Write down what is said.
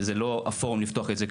אבל כאן זה לא המקום לפתוח את זה.